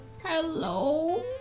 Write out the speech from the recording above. Hello